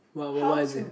what what what is it